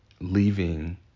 Leaving